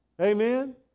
Amen